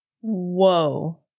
Whoa